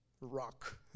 rock